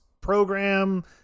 program